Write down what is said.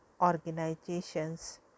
organizations